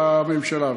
בממשלה.